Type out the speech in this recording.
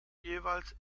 jeweils